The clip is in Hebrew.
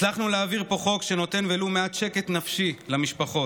הצלחנו להעביר פה חוק שנותן ולו מעט שקט נפשי למשפחות,